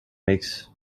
makes